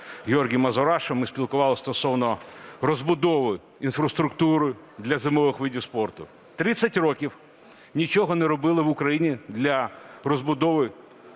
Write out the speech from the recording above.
Георгій Мазурашу, ми спілкувались стосовно розбудови інфраструктури для зимових видів спорту. 30 років нічого не робили в Україні для розбудови